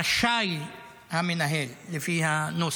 רשאי המנהל, לפי הנוסח,